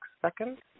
second